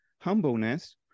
humbleness